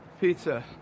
Pizza